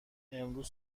امروز